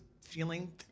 feeling